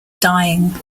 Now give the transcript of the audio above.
dying